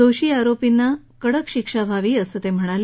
दोषी आरोपींना कडक शिक्षा व्हावी असंही ते म्हणाले